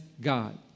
God